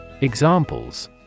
Examples